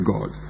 God